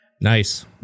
Nice